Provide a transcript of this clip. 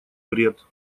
вред